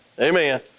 Amen